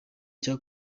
cya